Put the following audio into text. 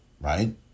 right